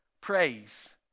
praise